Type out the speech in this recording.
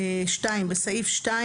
בסעיף 2